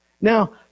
Now